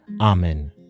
Amen